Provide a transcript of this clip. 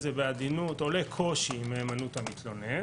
זה בעדינות עולה קושי מהימנות המתלונן,